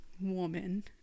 woman